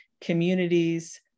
communities